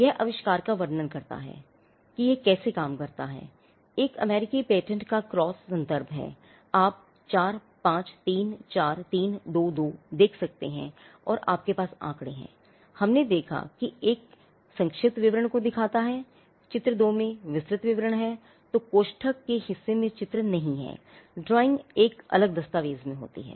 यह आविष्कार का वर्णन करता है कि यह कैसे काम करता है एक अमेरिकी पेटेंट का क्रॉस संदर्भ के हिस्से में चित्र नहीं है ड्राइंग एक अलग दस्तावेज़ में होती है